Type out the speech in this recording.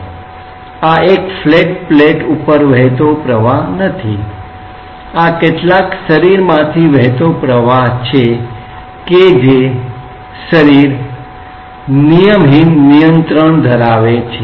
અહી આ એક ફ્લેટ પ્લેટ ઉપર વહેતો પ્રવાહ નથી આ કેટલાક બોડી માંથી વહેતો પ્રવાહ છે કે જે મનસ્વી નિયંત્રણ ધરાવે છે